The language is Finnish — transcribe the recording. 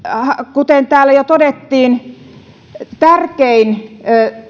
kuten täällä jo todettiin tärkein